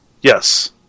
Yes